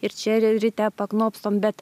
ir čia ryte paknopstom bet